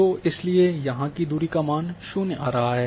तो इसलिए यहाँ की दूरी का मान शून्य आ रहा है